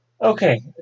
Okay